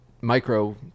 micro